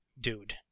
dude